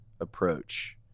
approach